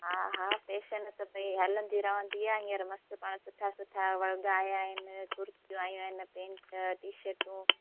हा हा पैसा न त भई हलंदी रहंदी आहे हींअर मस्तु पाणि सुठा सुठा वॻा आया अहिनि कुरितियूं आयूं आहिनि पेन्ट टीशर्टूं